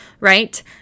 right